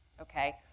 Okay